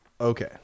Okay